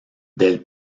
del